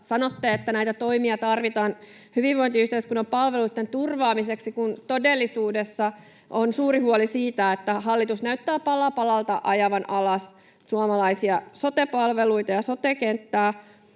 Sanotte, että näitä toimia tarvitaan hyvinvointiyhteiskunnan palveluitten turvaamiseksi, kun todellisuudessa on suuri huoli siitä, että hallitus näyttää pala palalta ajavan alas suomalaisia sote-palveluita ja sote-kenttää.